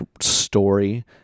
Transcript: Story